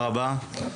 נעמה, בבקשה.